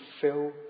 fill